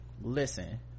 Listen